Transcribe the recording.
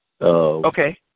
okay